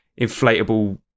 inflatable